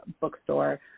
bookstore